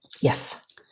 Yes